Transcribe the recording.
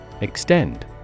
Extend